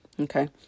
Okay